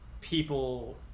people